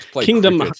Kingdom